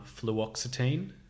fluoxetine